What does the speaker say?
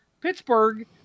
Pittsburgh